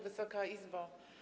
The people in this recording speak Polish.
Wysoka Izbo!